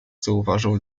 zauważył